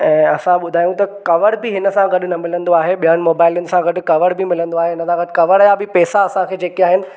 ऐं असां ॿुधायूं त कवर बि हिन सां गॾु न मिलंदो आहे ॿियनि मोबाइलनि सां गॾु कवर बि मिलंंदो आहे हिन सां गॾु कवर जा बि पैसा असांखे जेके आहिनि